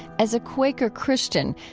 as a quaker christian,